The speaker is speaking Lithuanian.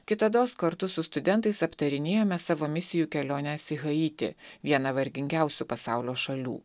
kitados kartu su studentais aptarinėjome savo misijų keliones į haitį vieną vargingiausių pasaulio šalių